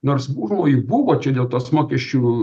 nors užmojų buvo čia dėl tos mokesčių